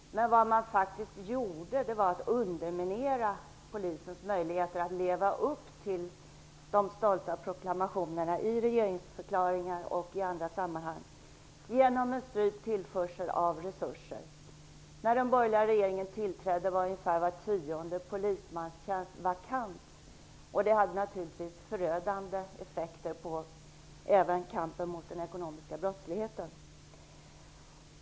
Men vad man faktiskt gjorde var att man genom en strypt tillförsel av resurser underminerade Polisens möjligheter att leva upp till de stolta proklamationerna i regeringsförklaringar och i andra sammanhang. När den borgerliga regeringen tillträdde var ungefär var tionde polismanstjänst vakant, vilket naturligtvis hade förödande effekter även på kampen mot den ekonomiska brottsligheten.